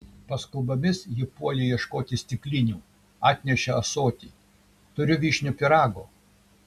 paskubomis ji puolė ieškoti stiklinių atnešė ąsotį turiu vyšnių pyrago